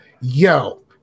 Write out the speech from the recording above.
Yo